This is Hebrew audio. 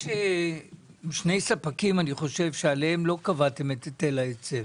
יש שני ספקים שעליהם לא קבעתם את היטל ההיצף.